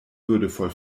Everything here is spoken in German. würdevoll